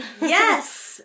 yes